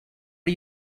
are